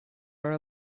are